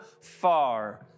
far